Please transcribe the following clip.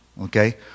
okay